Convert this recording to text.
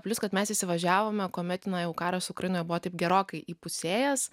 plius kad mes įsivažiavome kuomet nuėjau karas ukrainoje buvo taip gerokai įpusėjęs